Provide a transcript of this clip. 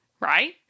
Right